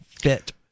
fit